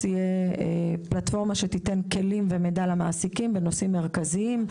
ייתן כלים ומידע למעסיקים בנושאים מרכזיים,